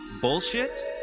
bullshit